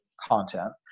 content